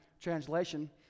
translation